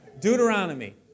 Deuteronomy